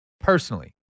Personally